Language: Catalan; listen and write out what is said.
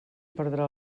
perdrà